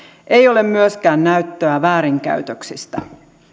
ei ole myöskään näyttöä väärinkäytöksistä